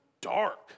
dark